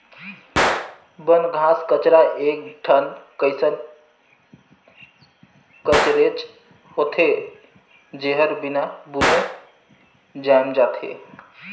बन, घास कचरा एक ठन कइसन कचरेच होथे, जेहर बिना बुने जायम जाथे